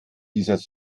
dieses